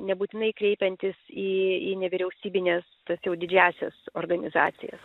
nebūtinai kreipiantis į į nevyriausybines tas jau didžiąsias organizacijas